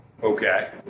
Okay